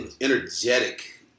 Energetic